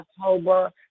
October